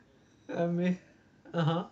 I mea~ (uh huh)